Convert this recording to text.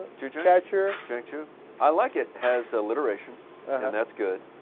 future that your future i like it has alliteration and that's good